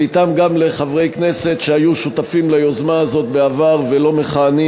ואתם גם לחברי כנסת שהיו שותפים ליוזמה הזאת בעבר ולא מכהנים